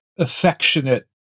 Affectionate